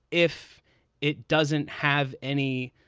if it doesn't have any,